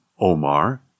Omar